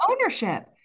ownership